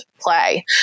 play